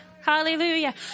hallelujah